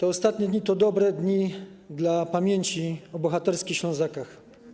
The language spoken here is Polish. Ostatnie dni to dobre dni dla pamięci o bohaterskich Ślązakach.